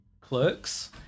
Clerks